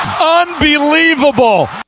Unbelievable